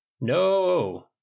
No